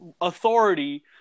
authority